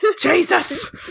Jesus